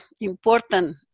important